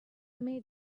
made